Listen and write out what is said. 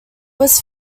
was